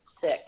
sick